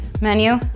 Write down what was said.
menu